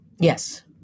Yes